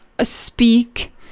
speak